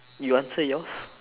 you answer yours